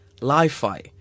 Li-Fi